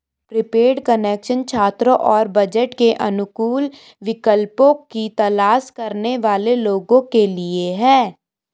prepaid connection छात्रों और budget के अनुकूल विकल्पों की तलाश करने वाले लोगों के लिए है